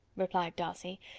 replied darcy,